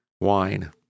wine